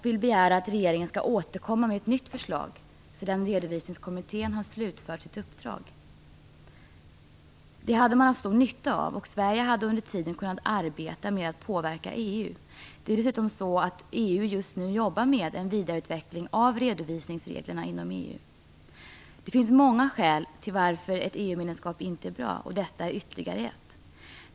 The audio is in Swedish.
Vi vill begära att regeringen återkommer med ett nytt förslag sedan Redovisningskommittén har slutfört sitt uppdrag. Det hade man haft stor nytta av, och Sverige hade under tiden kunnat arbeta med att påverka EU. Det är ju dessutom så att man i EU just nu jobbar med en vidareutveckling av redovisningsreglerna inom EU. Det finns många skäl till varför ett EU medlemskap inte är bra. Detta är ytterligare ett.